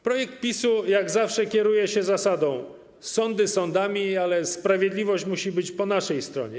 Projekt PiS-u jak zawsze kieruje się zasadą: Sądy sądami, ale sprawiedliwość musi być po naszej stronie.